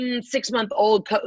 six-month-old